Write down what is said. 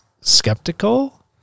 skeptical